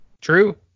true